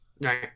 right